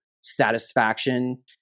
satisfaction